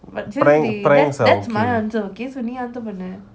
prank prank prank are okay